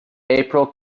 april